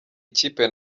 ikipe